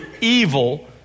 evil